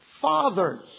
fathers